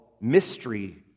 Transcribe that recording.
mystery